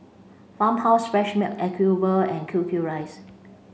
Farmhouse Fresh Milk Acuvue and Q Q Rice